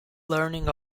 learning